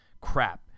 crap